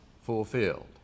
fulfilled